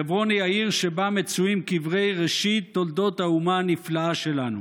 חברון היא העיר שבה מצויים קברי ראשית תולדות האומה הנפלאה שלנו.